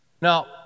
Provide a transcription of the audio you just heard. Now